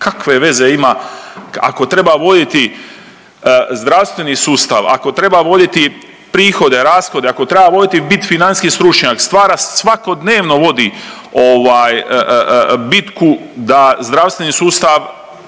Kakve veze ima ako treba voditi zdravstveni sustav, ako treba voditi prihode, rashode, ako treba voditi bit financijski stručnjak, svakodnevno vodi ovaj bitku da zdravstveni sustav